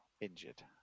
injured